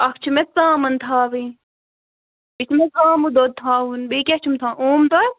اَکھ چھِ مےٚ ژامَن تھاوٕنۍ بیٚیہِ چھِ مےٚ زامہٕ دۄد تھاوُن بیٚیہِ کیٛاہ چھُم تھاوُن اوم دۄد